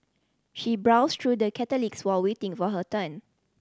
she browsed through the catalogues while waiting for her turn